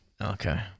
Okay